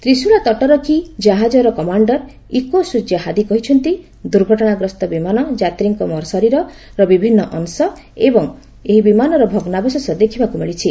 ତିଶୁଳା ତଟରକ୍ଷୀ ଜାହାଜର କମାଣ୍ଡର ଇକୋ ସ୍ୱର୍ଯ୍ୟ ହାଦି କହିଛନ୍ତି ଦୁର୍ଘଟଣାଗ୍ରସ୍ତ ବିମାନ ଯାତ୍ରୀଙ୍କ ଶରୀରର ବିଭିନ୍ନ ଅଂଶ ଏବଂ ଏହି ବିମାନର ଭଗ୍ନାବଶେଷ ଦେଖିବାକୁ ମିଳିଛି